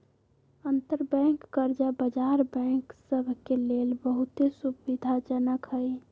अंतरबैंक कर्जा बजार बैंक सभ के लेल बहुते सुविधाजनक हइ